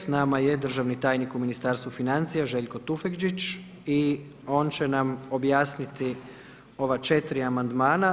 S nama je državni tajnik u Ministarstvu financija, Željko Tufekčić i on će nam objasniti ova 4 amandmana.